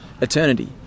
eternity